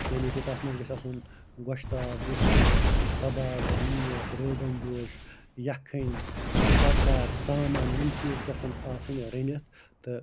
یعنی کہِ تَتھ منٛز گژھِ آسُن گۄشتاب رِستہٕ کَباب میتھ روغن جوش یَکھٕنۍ کۄکَر ژامَن یِم چیٖز گژھَن آسٕنۍ رٔنِتھ تہٕ